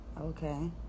Okay